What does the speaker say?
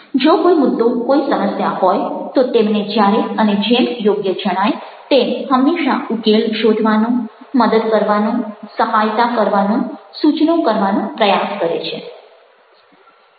જો કોઈ મુદ્દો કોઈ સમસ્યા હોય તો તેમને જ્યારે અને જેમ યોગ્ય જણાય તેમ હંમેશા ઉકેલ શોધવાનો મદદ કરવાનો સહાયતા કરવાનો સૂચનો કરવાનો પ્રયાસ કરે છે